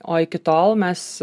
o iki tol mes